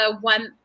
one